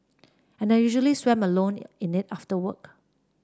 and I usually swam alone in it after work